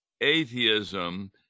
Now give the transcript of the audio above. atheism